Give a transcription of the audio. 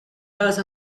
dust